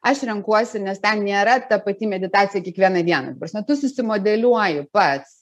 aš renkuosi nes ten nėra ta pati meditacija kiekvieną dieną ta prasme tu sumodeliuoju pats